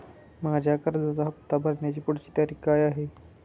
माझ्या कर्जाचा हफ्ता भरण्याची पुढची तारीख काय आहे?